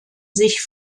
sich